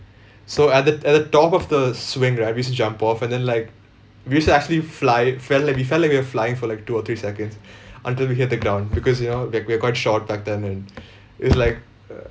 so at the at the top of the swing right we used to jump off and then like we used to actually fly felt like we felt like we were flying for like two or three seconds until we hit the ground because you know like we're quite short back then and it's like uh